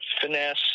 finesse